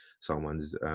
someone's